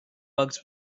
bugs